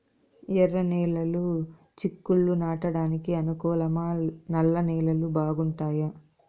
ఎర్రనేలలు చిక్కుళ్లు నాటడానికి అనుకూలమా నల్ల నేలలు బాగుంటాయా